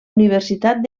universitat